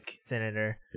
senator